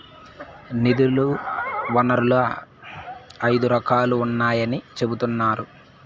నిధుల వనరులు ఐదు రకాలుగా ఉన్నాయని చెబుతున్నారు